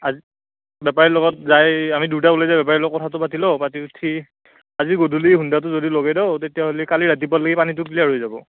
আজি বেপাৰীৰ লগত যায় আমি দুটা ওলাই যায় বেপাৰীৰ লগত কথাটো পাতি লওঁ পাতি উঠি আজি গধূলি হুন্দাটো যদি লগে দেওঁ তেতিয়াহ'লি কালি ৰাতিপুৱাক লেগি পানীটো ক্লীয়াৰ হৈ যাব